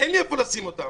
אין לי איפה לשים אותם.